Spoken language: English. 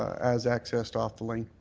as accessed off the lane.